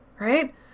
right